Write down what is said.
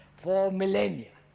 for millennia.